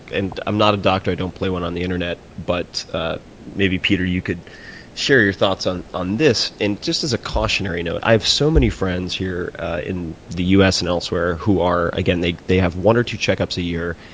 and i'm not a doctor. i don't play one on the internet, but ah maybe peter you could share your thoughts on on this and just as a cautionary note. i've so many friends here in the us and elsewhere who, again, they they have one or two checkups a year.